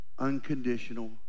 unconditional